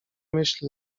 myśl